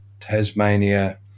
Tasmania